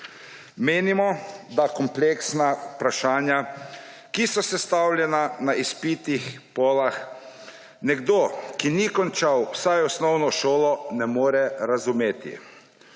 Menimo, da kompleksnih vprašanj, ki so sestavljena na izpitnih polah, nekdo, ki ni končal vsaj osnovno šolo, ne more razumeti.